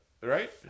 Right